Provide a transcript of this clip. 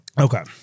Okay